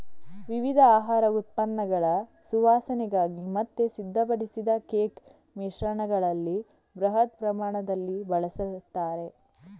ವಿವಿಧ ಆಹಾರ ಉತ್ಪನ್ನಗಳ ಸುವಾಸನೆಗಾಗಿ ಮತ್ತೆ ಸಿದ್ಧಪಡಿಸಿದ ಕೇಕ್ ಮಿಶ್ರಣಗಳಲ್ಲಿ ಬೃಹತ್ ಪ್ರಮಾಣದಲ್ಲಿ ಬಳಸ್ತಾರೆ